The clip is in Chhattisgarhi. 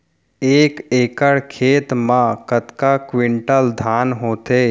एक एकड़ खेत मा कतका क्विंटल धान होथे?